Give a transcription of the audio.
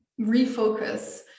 refocus